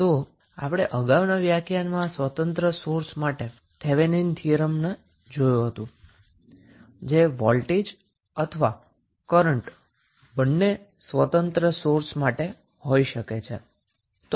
તો આપણે અગાઉના લેક્ચરમાં નોન ડિપેન્ડન્ટ સોર્સ માટે આપણે થેવેનિન થીયરમ જોયુ હતુ કે જે વોલ્ટેજ અથવા કરન્ટ બંને ઇંડિપેન્ડન્ટ સોર્સ માટે હોઈ શકે છે